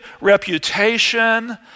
reputation